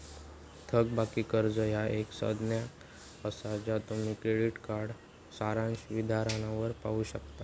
थकबाकी कर्जा ह्या एक संज्ञा असा ज्या तुम्ही क्रेडिट कार्ड सारांश विधानावर पाहू शकता